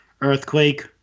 Earthquake